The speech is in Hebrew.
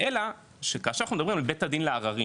אלא שכאשר אנחנו מדברים על בית הדין לערערים